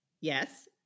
Yes